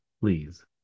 please